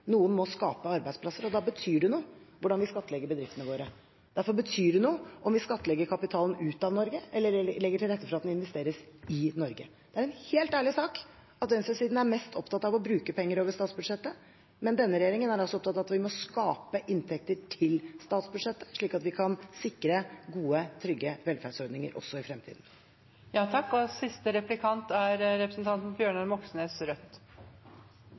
noen skape verdier. Noen må skape arbeidsplasser, og da betyr det noe hvordan vi skattlegger bedriftene våre. Derfor betyr det noe om vi skattlegger kapitalen ut av Norge eller legger til rette for at den investeres i Norge. Det er en helt ærlig sak at venstresiden er mest opptatt av å bruke penger over statsbudsjettet, men denne regjeringen er altså opptatt av at vi må skape inntekter til statsbudsjettet, slik at vi kan sikre gode, trygge velferdsordninger også i fremtiden. Under denne regjeringen har antall milliardærer i Norge økt fra 200 til 341. Siv Jensen er